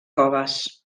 coves